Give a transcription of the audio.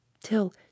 till